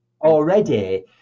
already